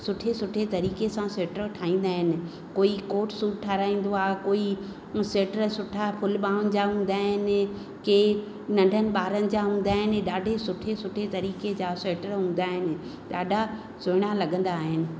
सुठे सुठे तरीक़े सां सीटर ठाहींदा आहिनि कोई कोट सु ठहाराईंदो आहे कोई सीटर सुठा फुल बाहुन जा हूंदा आहिनि के नंढनि ॿारनि जा हूंदा आहिनि ॾाढे सुठी सुठी तरीक़े जा सीटर हूंदा आहिनि ॾाढा सुहिणा लॻंदा आहिनि